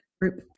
group